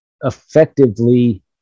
effectively